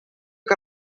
que